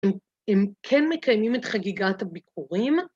‫אם כן מקיימים את חגיגת הביקורים?